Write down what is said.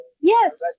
Yes